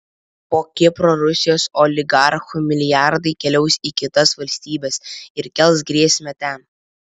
po kipro rusijos oligarchų milijardai keliaus į kitas valstybes ir kels grėsmę ten